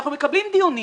אנחנו מקבלים דיונים,